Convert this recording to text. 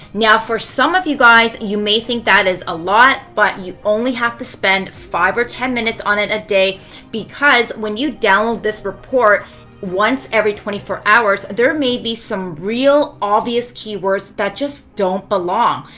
now for some of you guys, you may think that is a lot but you only have to spend five or ten minutes on it a day because when you download this report once every twenty four hours, there may be some real obvious keywords that just don't belong.